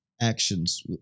actions